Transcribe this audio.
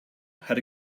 had